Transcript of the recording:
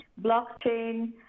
blockchain